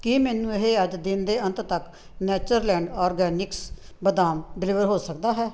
ਕੀ ਮੈਨੂੰ ਇਹ ਅੱਜ ਦਿਨ ਦੇ ਅੰਤ ਤੱਕ ਨੇਚਰਲੈਂਡ ਆਰਗੈਨਿਕਸ ਬਦਾਮ ਡਿਲੀਵਰ ਹੋ ਸਕਦਾ ਹੈ